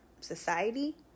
society